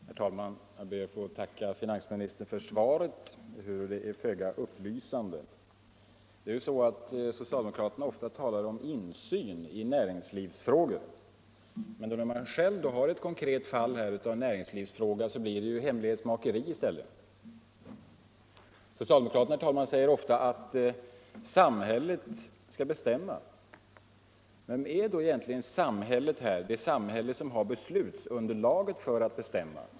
Herr talman! Jag ber att få tacka finansministern för svaret, ehuru det är föga upplysande. Socialdemokraterna talar ofta om insyn i näringslivsfrågor, men då de själva har ett konkret fall med en näringslivsfråga blir det hemlighetsmakeri i stället. Socialdemokraterna säger ofta att ”samhället” skall bestämma. Vem är då egentligen samhället, det samhälle som har beslutsunderlag att bestämma?